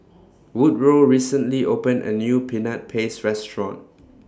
Woodroe recently opened A New Peanut Paste Restaurant